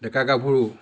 ডেকা গাভৰু